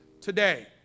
today